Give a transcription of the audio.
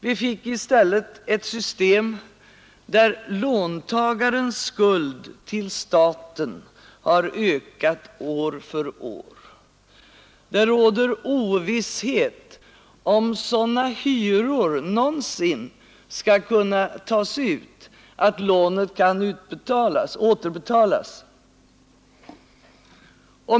Vi fick i stället ett system, där låntagarnas skuld till staten har ökat år från år. Det råder ovisshet om huruvida sådana hyror någonsin skall kunna tas ut att lånen kan återbetalas.